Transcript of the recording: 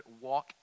walk